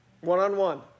one-on-one